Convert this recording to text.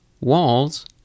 walls